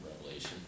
revelation